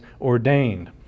ordained